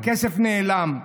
הכסף נעלם.